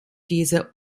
dieser